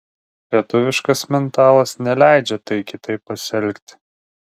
lietuviškas mentalas neleidžia tai kitaip pasielgti